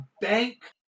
bank